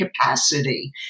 capacity